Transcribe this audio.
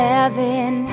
Heaven